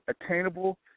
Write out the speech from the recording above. attainable